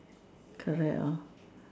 correct hor